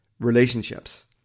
relationships